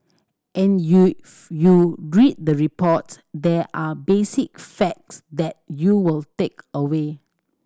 and you read the reports there are basic facts that you will take away